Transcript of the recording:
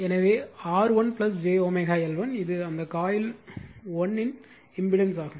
எனவேR1 j L1 இது அந்த coil 1 இன் இம்பிடன்ஸ் ஆகும்